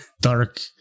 Dark